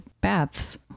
baths